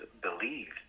believed